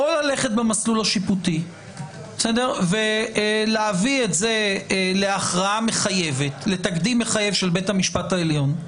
או ללכת במסלול השיפוטי ולהביא את זה לתקדים מחייב של בית המשפט העליון,